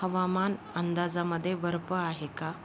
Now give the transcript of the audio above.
हवामान अंदाजामध्ये बर्फ आहे का